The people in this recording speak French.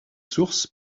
source